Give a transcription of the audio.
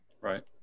right